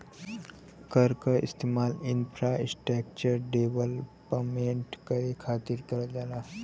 कर क इस्तेमाल इंफ्रास्ट्रक्चर डेवलपमेंट करे खातिर करल जाला